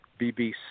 BBC